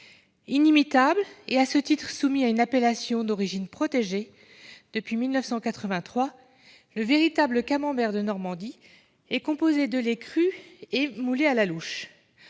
Inimitable, et à ce titre soumis à une appellation d'origine protégée, ou AOP, depuis 1983, le véritable camembert de Normandie est composé de lait cru et moulé à la louche.